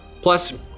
Plus